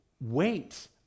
wait